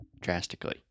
drastically